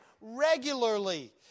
regularly